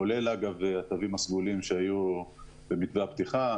כולל התווים הסגולים שהיו במתווה הפתיחה.